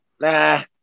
nah